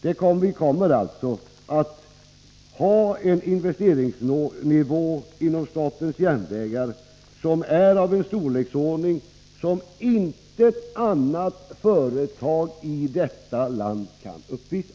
Den kommer alltså att vara av en storleksordning som intet annat företag i detta land kan uppvisa.